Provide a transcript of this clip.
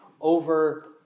over